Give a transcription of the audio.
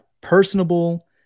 personable